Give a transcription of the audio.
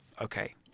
okay